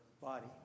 body